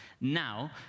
now